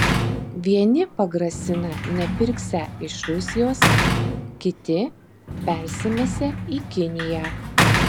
vieni pagrasina nepirksią iš rusijos kiti persimesią į kiniją